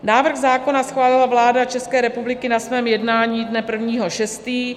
Návrh zákona schválila vláda České republiky na svém jednání dne 1. 6.